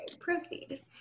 proceed